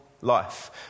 life